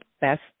best